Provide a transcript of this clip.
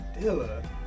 Dilla